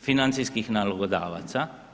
financijskih nalogodavaca.